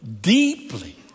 deeply